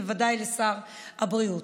ודאי לשר הבריאות.